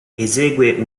esegue